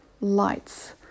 lights